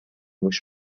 روش